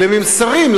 לממסרים,